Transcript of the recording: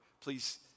Please